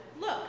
Look